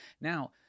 Now